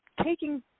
taking